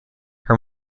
her